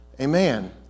Amen